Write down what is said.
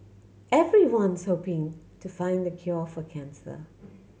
everyone's hoping to find the cure for cancer